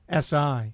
SI